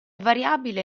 variabile